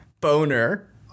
Boner